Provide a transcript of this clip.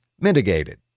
mitigated